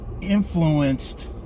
Influenced